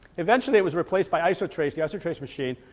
eventually it was replaced by isotrace the isotrace machine,